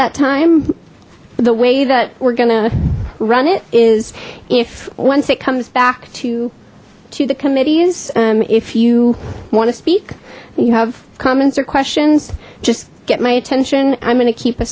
that time the way that we're gonna run it is if once it comes back to to the committees if you want to speak you have comments or questions just get my attention i'm gonna keep a